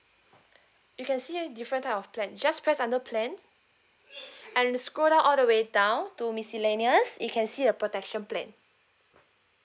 you can see different type of plan just press under plan and you scroll down all the way down to miscellaneous you can see the protection plan